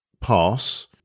pass